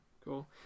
Cool